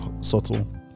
subtle